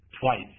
twice